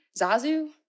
zazu